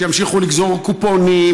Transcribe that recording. שימשיכו לגזור קופונים,